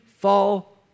Fall